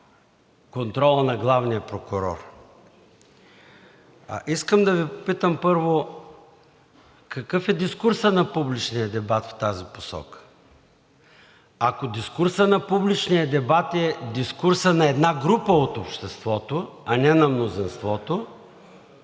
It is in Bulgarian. контрола на главния прокурор. Искам да Ви попитам, първо, какъв е дискурсът на публичния дебат в тази посока? Ако дискурсът на публичния дебат е дискурсът на една група от обществото, а не на мнозинството,